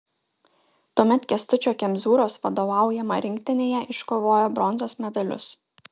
tuomet kęstučio kemzūros vadovaujama rinktinėje iškovojo bronzos medalius